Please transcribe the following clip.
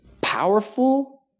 powerful